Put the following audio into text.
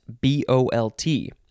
B-O-L-T